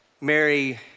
Mary